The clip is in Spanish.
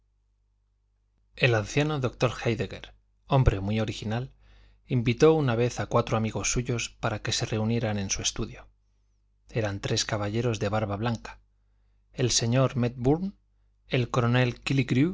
el anciano doctor héidegger hombre muy original invitó una vez a cuatro amigos suyos para que se reunieran en su estudio eran tres caballeros de barba blanca el señor médbourne el coronel